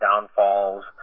downfalls